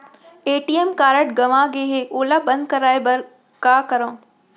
ATM card गंवा गे है ओला बंद कराये बर का करंव?